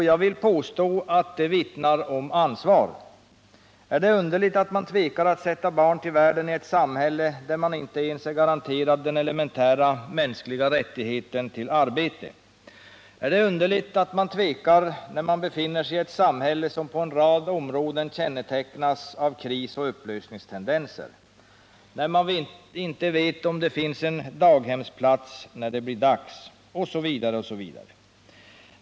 Jag vill påstå att det vittnar om ansvar. Är det underligt att man tvekar att sätta barn till världen i ett samhälle där man inte ens är garanterad den elementära mänskliga rättigheten, rätten till arbete? Är det underligt att man tvekar när man befinner sig i ett samhälle som på en rad områden kännetecknas av kris och upplösningstendenser, när man inte vet om det finns en daghemsplats när det blir dags, osv.?